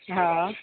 हँ